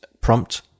prompt